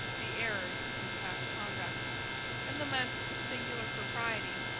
the errors of his past conduct and laments, with singular propriety,